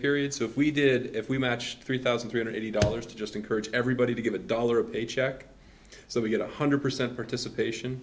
period so if we did if we matched three thousand three hundred eighty dollars just encourage everybody to give a dollar a paycheck so we get one hundred percent participation